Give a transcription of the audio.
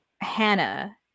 Hannah